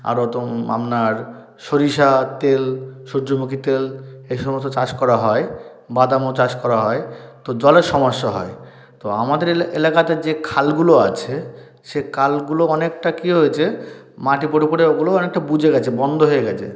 আরও তো আপনার সরিষার তেল সূর্যমুখী তেল এই সমস্ত চাষ করা হয় বাদামও চাষ করা হয় তো জলের সমস্যা হয় তো আমাদের এলাকাতে যে খালগুলো আছে সে খালগুলো অনেকটা কি হয়েছে মাটি পড়ে পড়ে ওগুলোও অনেকটা বুজে গিয়েছে বন্ধ হয়ে গিয়েছে